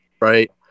right